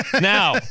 Now